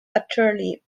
utterly